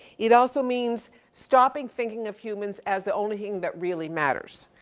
it also means stopping thinking of humans as the only thing that really matters.